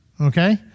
okay